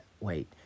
wait